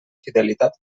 fidelitat